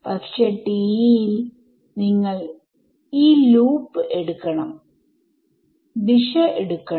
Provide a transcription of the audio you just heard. പക്ഷെ TE യിൽ നിങ്ങൾ ഈ ലൂപ് എടുക്കണം ദിശ എടുക്കണം